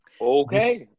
Okay